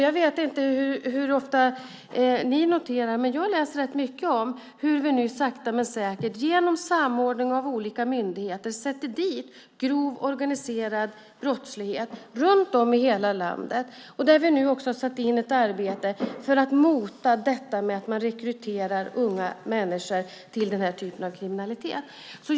Jag vet inte hur ofta ni noterar det. Men jag läser rätt mycket om hur vi nu sakta men säkert genom samordning av olika myndigheter kommer åt grov organiserad brottslighet i hela landet. Där har vi nu också satt in ett arbete för att motverka att unga människor rekryteras till den här typen av kriminalitet.